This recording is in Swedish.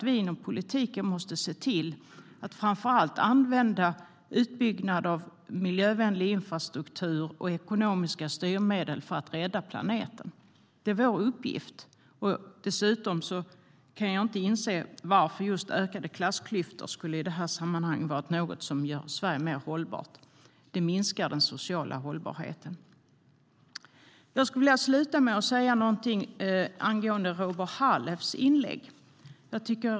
Vi inom politiken måste se till att använda framför allt utbyggnad av miljövänlig infrastruktur och ekonomiska styrmedel för att rädda planeten, det är vår uppgift. Dessutom kan jag inte inse varför just ökade klassklyftor skulle vara något som gör Sverige mer hållbart. Det minskar den sociala hållbarheten. Jag vill avsluta med att säga någonting angående Robert Halefs inlägg.